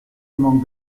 among